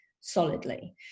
solidly